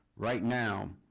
right now,